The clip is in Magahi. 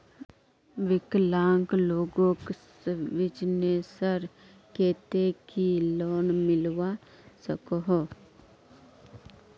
विकलांग लोगोक बिजनेसर केते की लोन मिलवा सकोहो?